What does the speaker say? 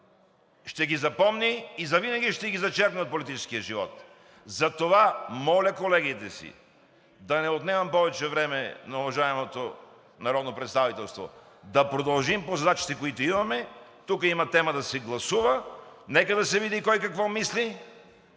Ще ги запомни и завинаги ще ги зачеркне от политическия живот. Затова, моля колегите си да не отнемам повече време на уважаемото народно представителство, да продължим по задачите, които имаме. Тук има тема да се гласува, нека да се види кой какво мисли.